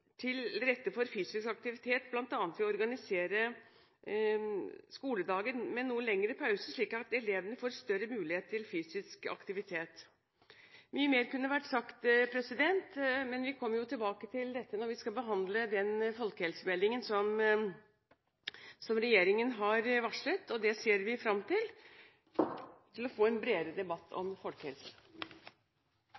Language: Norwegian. til rette for fysisk aktivitet bl.a. ved å organisere skoledagen med noe lengre pauser, slik at elevene får større mulighet til fysisk aktivitet. Mye mer kunne vært sagt, men vi kommer tilbake til dette når vi skal behandle den folkehelsemeldingen som regjeringen har varslet. Vi ser fram til å få en bredere debatt